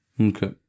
Okay